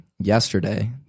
yesterday